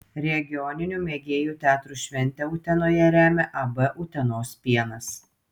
regioninių mėgėjų teatrų šventę utenoje remia ab utenos pienas